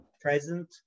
present